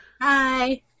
Hi